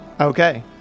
Okay